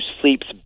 sleeps